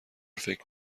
فکر